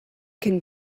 can